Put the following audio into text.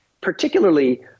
particularly